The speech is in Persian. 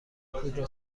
پودر